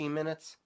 minutes